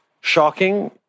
shocking